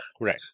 right